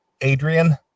Adrian